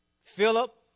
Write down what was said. Philip